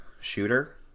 shooter